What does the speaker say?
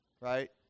Right